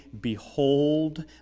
behold